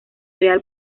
real